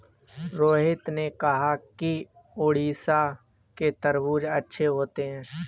रोहित ने कहा कि उड़ीसा के तरबूज़ अच्छे होते हैं